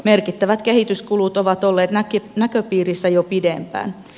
merkittävät kehityskulut ovat olleet näköpiirissä jo pidempään